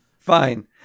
Fine